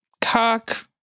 cock